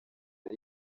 ari